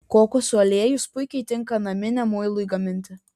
kokosų aliejus puikiai tinka naminiam muilui gaminti